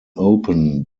open